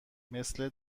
مثل